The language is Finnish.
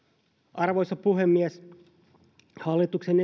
arvoisa puhemies hallituksen